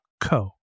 co